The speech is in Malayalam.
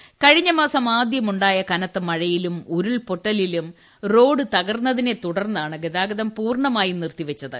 കൃകഴിഞ്ഞമാസം ആദ്യം ഉണ്ടായ കനത്ത മഴയിലു്ം ഉരുൾപൊട്ടലിലും റോഡ് തകർന്നതിനെ തുടർന്നാണ് ഗതാഗതം പൂർണമായും നിർത്തിവച്ചത്